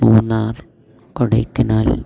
Munnar Kodaikanal